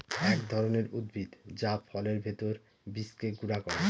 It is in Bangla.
এক ধরনের উদ্ভিদ যা ফলের ভেতর বীজকে গুঁড়া করে